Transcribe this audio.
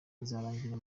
izarangira